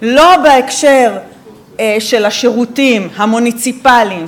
לא בהקשר של השירותים המוניציפליים,